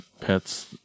pets